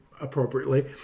appropriately